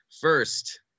First